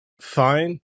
fine